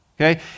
okay